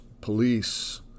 police